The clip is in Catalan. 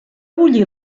bullir